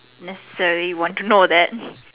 necessarily want to know that